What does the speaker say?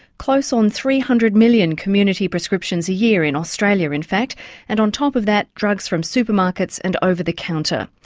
close on three hundred million community prescriptions a year in australia in fact and on top of that drugs from supermarkets and over the counter.